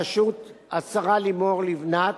בראשות השרה לימור לבנת,